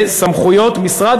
בסמכויות משרד